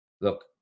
look